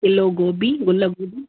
kilo गोभी गुल गोभी